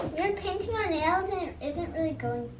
we're painting our nails and it isn't really going